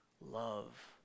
love